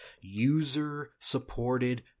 user-supported